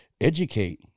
educate